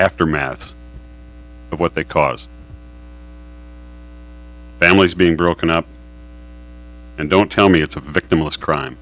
aftermath of what they caused families being broken up and don't tell me it's a victimless crime